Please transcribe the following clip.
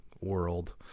world